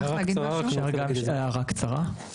ההערה של האשפוזים הכפויים באה מאיתנו,